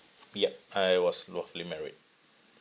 yup I was lawfully married